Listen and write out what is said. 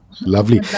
lovely